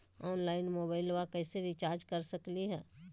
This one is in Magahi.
ऑनलाइन मोबाइलबा कैसे रिचार्ज कर सकलिए है?